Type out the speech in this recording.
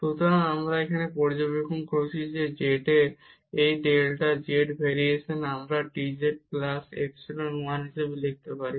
সুতরাং আমরা এখন যা পর্যবেক্ষণ করছি যে z তে এই ডেল্টা z ভেরিয়েসন আমরা dz প্লাস ইপসিলন 1 হিসাবে লিখতে পারি